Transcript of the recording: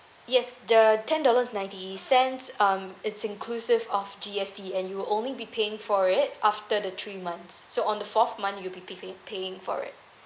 yes the ten dollars ninety cents um it's inclusive of G_S_T and you only be paying for it after the three months so on the fourth month you'll be pay pay paying for it